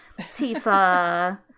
Tifa